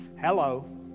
Hello